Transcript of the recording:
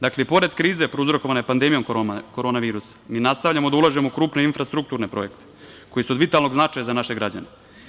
Dakle, pored krize prouzrokovane pandemijom korona virusa, mi nastavljamo da ulažemo u krupne infrastrukturne projekte, koji su od vitalnog značaja za naše građane.